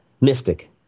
mystic